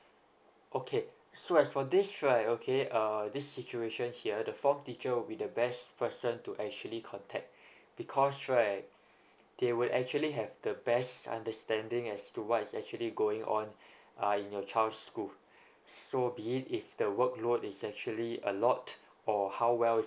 okay so as for this right okay uh this situation here the form teacher will be the best person to actually contact because right they would actually have the best understanding as to what's actually going on uh in your child's school so be it if the work load is actually a lot or how well